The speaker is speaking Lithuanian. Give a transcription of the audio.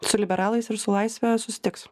su liberalais ir su laisve susitiks